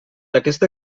aquesta